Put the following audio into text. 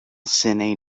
sine